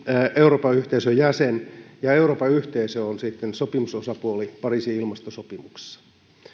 euroopan yhteisön jäsen ja euroopan yhteisö on sitten sopimusosapuoli pariisin ilmastosopimuksessa